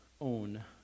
own